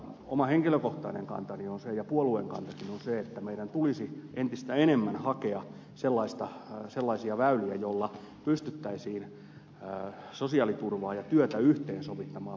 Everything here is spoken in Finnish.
oma henkilökohtainen kantani on se ja puolueen kantakin on se että meidän tulisi entistä enemmän hakea sellaisia väyliä joilla pystyttäisiin sosiaaliturvaa ja työtä yhteensovittamaan